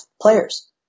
players